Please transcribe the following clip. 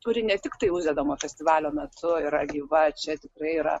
kuri ne tiktai uždedama festivalio metu yra gyva čia tikrai yra